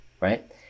right